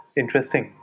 interesting